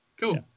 Cool